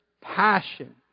passion